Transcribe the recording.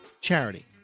charity